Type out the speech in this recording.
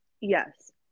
yes